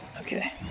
Okay